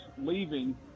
leaving